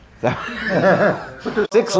Six